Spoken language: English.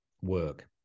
work